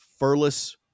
furless